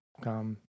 come